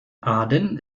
aden